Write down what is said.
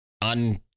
on